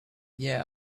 yeah